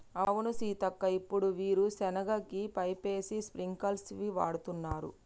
అవును సీతక్క ఇప్పుడు వీరు సెనగ కి పైపేసి స్ప్రింకిల్స్ వాడుతున్నారు